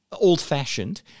old-fashioned